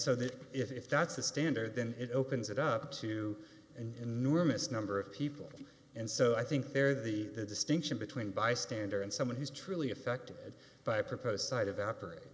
so that if that's the standard then it opens it up to an enormous number of people and so i think there the distinction between bystander and someone who's truly affected by a proposed site evaporate